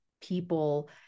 people